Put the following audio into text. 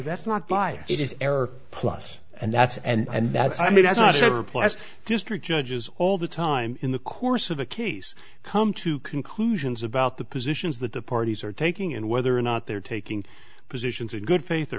that's not buy it is error plus and that's and that's i mean that's not so replies district judges all the time in the course of a case come to conclusions about the positions that the parties are taking and whether or not they're taking positions in good faith or